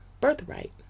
Birthright